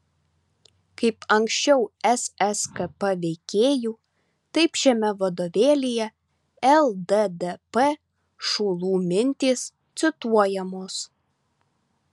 kaip anksčiau sskp veikėjų taip šiame vadovėlyje lddp šulų mintys cituojamos